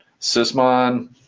sysmon